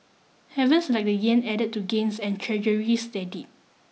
havens like the yen added to gains and treasuries steadied